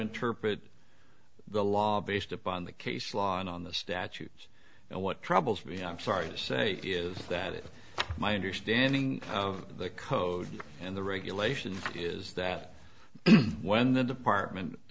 interpret the law based upon the case law and on the statutes and what troubles me i'm sorry to say is that if my understanding of the code and the regulations is that when the department